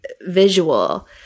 visual